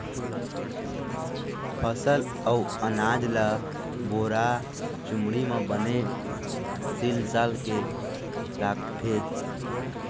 फसल अउ अनाज ल बोरा, चुमड़ी म बने सील साल के राखथे